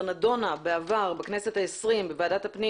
נדונה בעבר בכנסת העשרים בוועדת הפנים